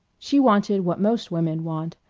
she wanted what most women want,